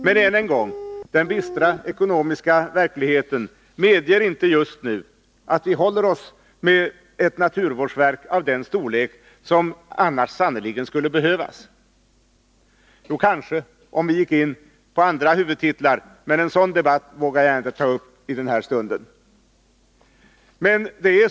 Men än en gång: Den bistra ekonomiska verkligheten medger inte just nu att vi håller oss med ett naturvårdsverk av den storlek som annars sannerligen skulle behövas. Jo, kanske om vi gick in på andra huvudtitlar, men en sådan debatt vågar jag inte ta upp i denna stund.